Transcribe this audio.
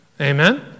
Amen